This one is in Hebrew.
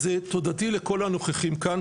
אז תודתי לכל הנוכחים כאן.